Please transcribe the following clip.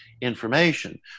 information